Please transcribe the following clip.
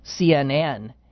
CNN